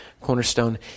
Cornerstone